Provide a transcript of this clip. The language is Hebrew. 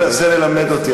והוא מנסה ללמד אותי.